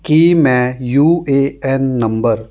ਕੀ ਮੈਂ U A N number